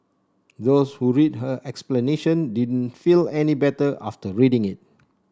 those who read her explanation didn't feel any better after reading it